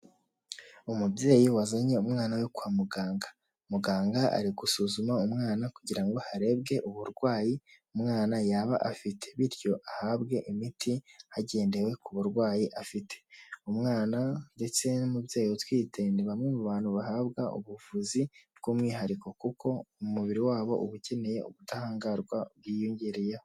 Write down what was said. Umubyeyi wazanye umwana we kwa muganga. Muganga ari gusuzuma umwana kugira ngo harebwe uburwayi umwana yaba afite bityo ahabwe imiti hagendewe ku burwayi afite. Umwana ndetse n'umubyeyi utwite ni bamwe mu bantu bahabwa ubuvuzi bw'umwihariko kuko umubiri wabo uba ukeneye ubudahangarwa bwiyongereyeho.